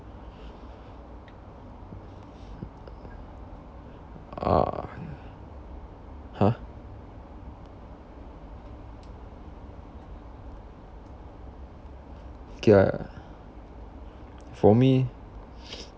ah !huh! okay ah for me